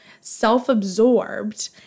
self-absorbed